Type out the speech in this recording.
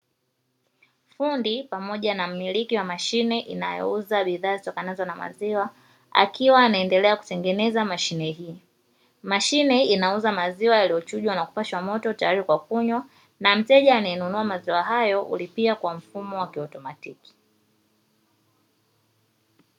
Fundi pamoja na mmiliki wa mashine inayouza bidhaa zitokanazo na maziwa akiwa anendelea kutengeneza mashine hiyo, mashine hii inauza maziwa yaliyochujwa na kupashwa moto tayari kwa kunywa na mteja anayenunua maziwa hayo hulipia kwa mfumo wa kiautomatiki.